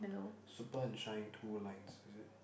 super and shine two lines is it